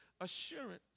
assurance